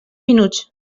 minuts